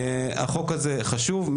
החוק הזה חשוב.